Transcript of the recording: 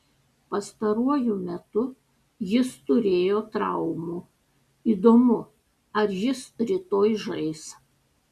pastaruoju metu jis turėjo traumų įdomu ar jis rytoj žais